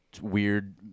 weird